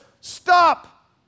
stop